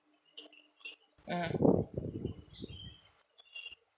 mm